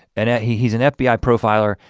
and he's an fbi profiler,